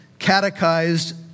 catechized